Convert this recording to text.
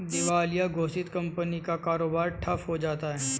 दिवालिया घोषित कंपनियों का कारोबार ठप्प हो जाता है